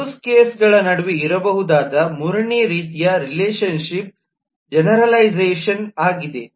use ಕೇಸ್ಗಳ ನಡುವೆ ಇರಬಹುದಾದ ಮೂರನೇ ರೀತಿಯ ರಿಲೇಶನ್ಶಿಪ್ ಜೆನೆರಲೈಝಷನ್ ಆಗಿದೆ